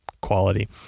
quality